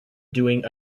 doing